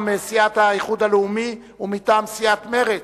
סיעת האיחוד הלאומי ומטעם סיעת מרצ.